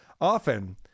often